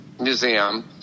museum